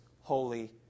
holy